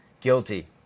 Guilty